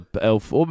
elf